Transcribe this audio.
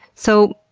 so,